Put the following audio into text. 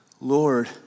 Lord